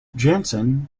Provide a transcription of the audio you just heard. jansen